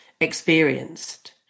experienced